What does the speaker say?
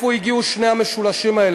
מאיפה הגיעו שני המשולשים האלה?